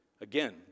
Again